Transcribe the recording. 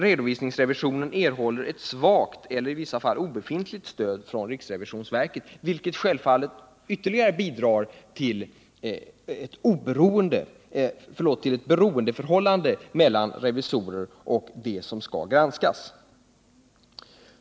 Redovisningsrevisionen får ett svagt stöd — eller i vissa fall inget stöd alls —- från riksrevisionsverket, vilket självfallet ytterligare bidrar till ett beroendeförhållande mellan revisorerna och dem som skall granskas.